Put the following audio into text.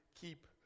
keep